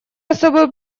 особую